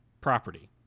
property